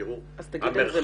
תאמר על זה מילה.